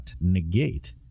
negate